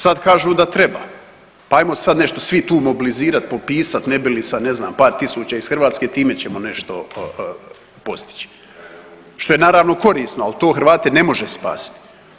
Sad kažu da treba, pa ajmo sad nešto svi tu mobilizirat i popisat ne bi li sa ne znam par tisuća iz Hrvatske time ćemo nešto postići, što je naravno korisno, al to Hrvate ne može spasit.